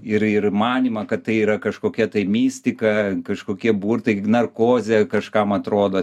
ir ir manymą kad tai yra kažkokia mistika kažkokie burtai narkozė kažkam atrodo